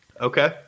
Okay